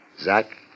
Zach